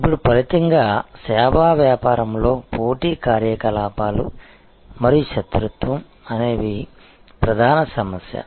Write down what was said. ఇప్పుడు ఫలితంగా సేవా వ్యాపారంలో పోటీ కార్యకలాపాలు మరియు శత్రుత్వం అనేవి ప్రధాన సమస్య